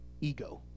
ego